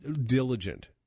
diligent